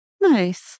Nice